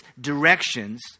directions